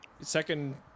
second